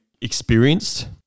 experienced